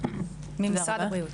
ממשרד הבריאות.